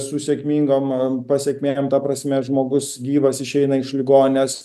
su sėkmingom pasekmėm ta prasme žmogus gyvas išeina iš ligoninės